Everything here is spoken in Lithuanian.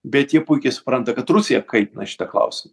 bet jie puikiai supranta kad rusija kaip na šitą klausimą